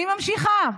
אני ממשיכה.